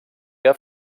que